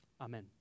Amen